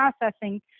processing